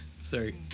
Sorry